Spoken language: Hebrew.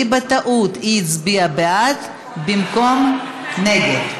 כי בטעות היא הצביעה בעד במקום נגד.